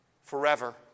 forever